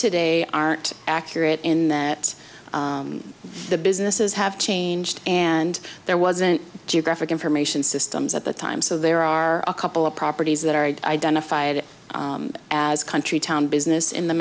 today aren't accurate in that the businesses have changed and there wasn't geographic information systems at the time so there are a couple of properties that are identified as country town business in the